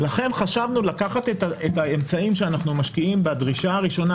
לכן חשבנו לקחת את האמצעים שאנחנו משקיעים בדרישה הראשונה